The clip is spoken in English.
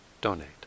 donate